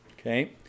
Okay